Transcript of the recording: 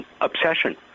obsession